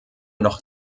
noch